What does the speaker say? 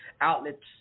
outlets